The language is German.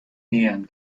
nähern